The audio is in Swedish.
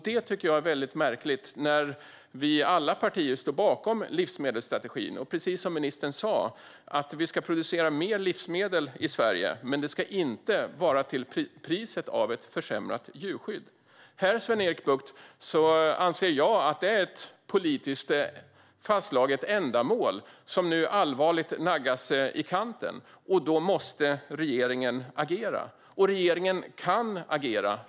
Det tycker jag är märkligt. Alla partier står ju bakom livsmedelsstrategin. Precis som ministern sa ska vi producera mer livsmedel i Sverige, men det ska inte ske till priset av ett försämrat djurskydd. Jag anser att ett politiskt fastslaget mål, Sven-Erik Bucht, nu allvarligt naggas i kanten. Då måste regeringen agera, och regeringen kan agera.